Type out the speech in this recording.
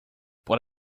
but